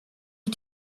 you